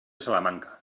salamanca